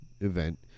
event